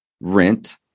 rent